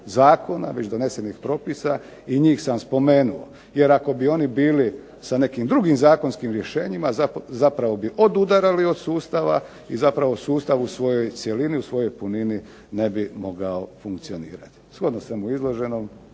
zakona, već donesenih propisa i njih sam spomenuo. Jer ako bi oni bili sa nekim drugim zakonskim rješenjima zapravo bi odudarali od sustava i zapravo sustav u svojoj cjelini u svojoj puni ne bi mogao funkcionirati. Shodno svemu izloženom